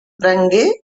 prengué